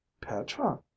Petra